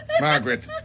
Margaret